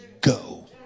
go